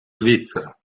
svizzera